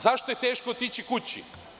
Zašto je teško otići kući?